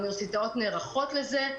האוניברסיטאות נערכות לזה.